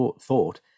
thought